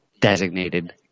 designated